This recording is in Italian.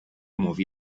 muovi